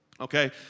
Okay